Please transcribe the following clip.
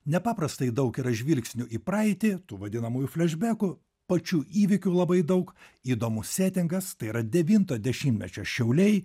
nepaprastai daug yra žvilgsnių į praeitį tų vadinamųjų flešbekų pačių įvykių labai daug įdomus setingas tai yra devinto dešimtmečio šiauliai